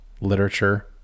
literature